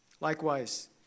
Likewise